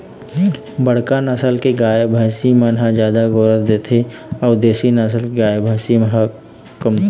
बड़का नसल के गाय, भइसी मन ह जादा गोरस देथे अउ देसी नसल के गाय, भइसी ह कमती